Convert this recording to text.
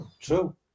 True